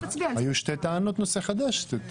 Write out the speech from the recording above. היו שתי טענות נושא חדש.